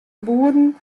boeren